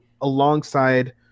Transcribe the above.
alongside